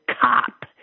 cop